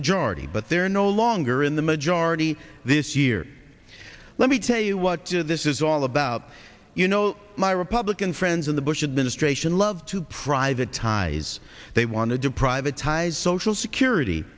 majority but they're no longer in the majority this year let me tell you what this is all about you know my republican friends in the bush administration love to privatized they wanted to privatized social security